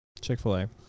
Chick-fil-A